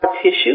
tissue